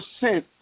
percent